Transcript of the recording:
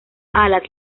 alas